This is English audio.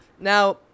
Now